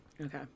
okay